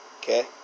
okay